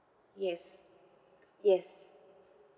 yes yes